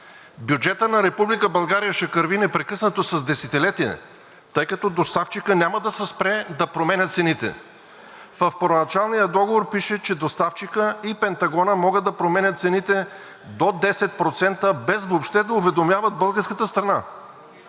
България ще кърви непрекъснато с десетилетия, тъй като доставчикът няма да се спре да променя цените. В първоначалния договор пише, че доставчикът и Пентагона могат да променят цените до 10% без въобще да уведомяват българската страна,